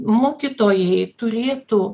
mokytojai turėtų